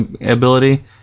ability